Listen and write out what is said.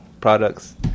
products